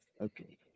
Okay